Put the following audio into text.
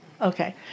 Okay